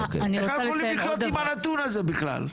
איך אנחנו יכולים לחיות עם הנתון הזה בכלל?